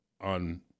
on